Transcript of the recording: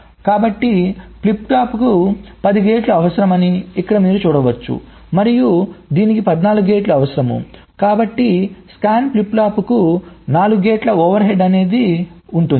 కాబట్టి ఫ్లిప్ ఫ్లాప్కు 10 గేట్లు అవసరమని ఇక్కడ మీరు చూడవచ్చు మరియు దీనికి 14 గేట్లు అవసరం కాబట్టి స్కాన్ ఫ్లిప్ ఫ్లాప్కు 4 గేట్ల ఓవర్ హెడ్ ఉంటుంది